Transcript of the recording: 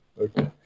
Okay